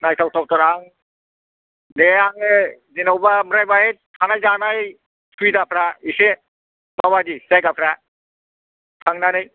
नायथाव थावथार आं दे आङो जेन'बा ओमफ्राय थानाय जानाय सुबिदाफ्रा एसे माबादि जायगाफ्रा थांनानै